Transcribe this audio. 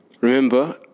remember